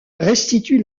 restitue